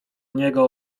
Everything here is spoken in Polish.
niego